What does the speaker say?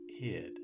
hid